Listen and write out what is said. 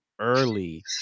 early